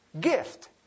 gift